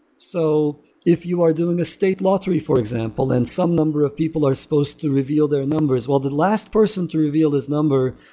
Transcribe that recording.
so if you are doing a state lottery for example and some number of people are supposed to reveal their numbers. well, the last person to reveal his number,